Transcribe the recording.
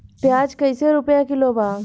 प्याज कइसे रुपया किलो बा?